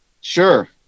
Sure